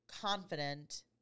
confident